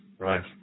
Right